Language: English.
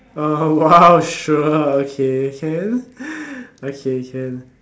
oh !wow! sure okay can okay can